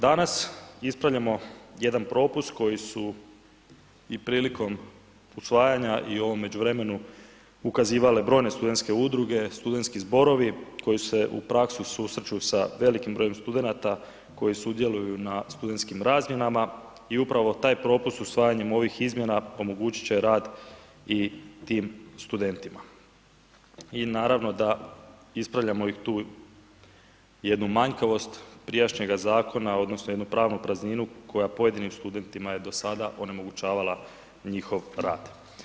Danas ispravljamo jedan propust koji su i prilikom usvajanja i u ovom međuvremenu ukazivale brojne studentske udruge, studentski zborovi koji se u praksi susreću sa s velikim brojem studenata koji sudjeluju na studentskim razmjenama i upravo taj propust usvajanjem ovih izmjena omogućit će rad i tim studentima i naravno da ispravljamo tu jednu manjkavost prijašnjega zakona odnosno jednu pravnu prazninu koja je pojedinim studentima do sada onemogućavala njihov rad.